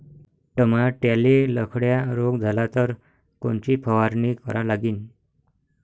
टमाट्याले लखड्या रोग झाला तर कोनची फवारणी करा लागीन?